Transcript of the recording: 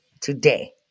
today